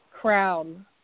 crown